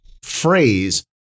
phrase